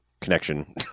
connection